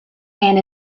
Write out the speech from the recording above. and